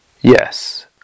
Yes